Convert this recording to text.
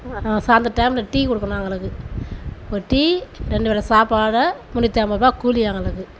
சாயந்திர டைம்ல டீ கொடுக்கணும் அவங்களுக்கு ஒரு டீ ரெண்டு வேலை சாப்பாடு முன்னூற்றி ஐம்பருவா கூலி அவங்களுக்கு